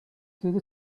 through